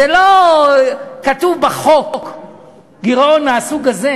זה לא שכתוב בחוק גירעון מסוג כזה